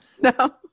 No